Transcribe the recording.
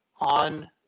on